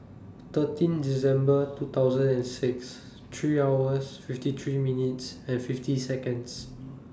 thirteen December two thousand and six three hours fifty three minutes and fifty Seconds